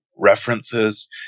References